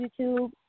YouTube